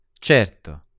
Certo